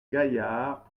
gaillard